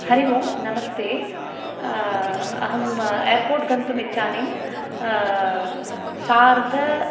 हरिः ओम् नमस्ते अहं एर्पोर्ट् गन्तुम् इच्छामि सार्ध